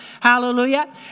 Hallelujah